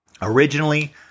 Originally